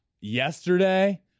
yesterday